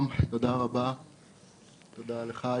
בוודאי,